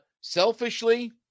selfishly